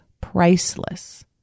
priceless